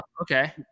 okay